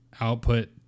output